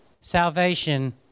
salvation